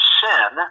sin